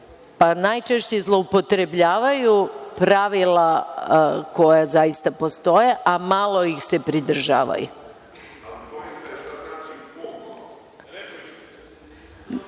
pa najčešće zloupotrebljavaju pravila koja zaista postoje, a malo ih se pridržavaju. Tako